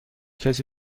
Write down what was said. کسی